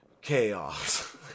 Chaos